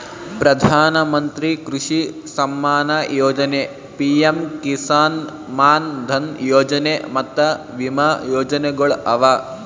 ಪ್ರಧಾನ ಮಂತ್ರಿ ಕೃಷಿ ಸಮ್ಮಾನ ಯೊಜನೆ, ಪಿಎಂ ಕಿಸಾನ್ ಮಾನ್ ಧನ್ ಯೊಜನೆ ಮತ್ತ ವಿಮಾ ಯೋಜನೆಗೊಳ್ ಅವಾ